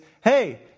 hey